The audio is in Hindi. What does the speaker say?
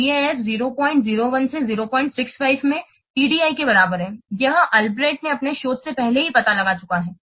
तो VAF 001 से 065 में TDI के बराबर है यह अल्ब्रेक्ट अपने शोध से पहले ही पता लगा चुका है